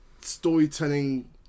storytelling